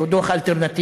שהוא דוח אלטרנטיבי,